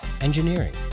engineering